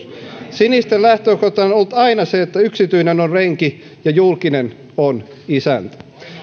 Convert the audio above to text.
sinisten lähtökohtana on on ollut aina se että yksityinen on renki ja julkinen on isäntä